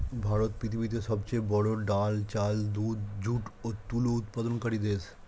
ভারত পৃথিবীতে সবচেয়ে বড়ো ডাল, চাল, দুধ, যুট ও তুলো উৎপাদনকারী দেশ